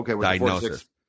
diagnosis